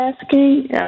asking